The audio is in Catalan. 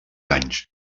anys